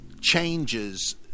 changes